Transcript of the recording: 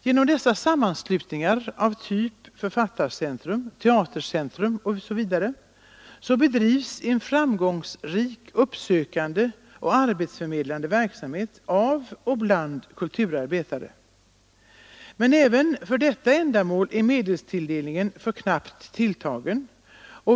Genom dessa sammanslutningar av typ Författarcentrum och Teatercentrum bedrivs en framgångsrik uppsökande och arbetsförmedlande verksamhet av och bland kulturarbetare. Men även för detta ändamål är medelstilldelningen för knappt tilltagen.